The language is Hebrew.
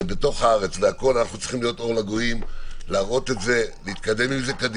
אנחנו צריכים להיות אור לגויים, להתקדם עם זה.